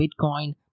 Bitcoin